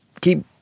keep